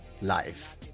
life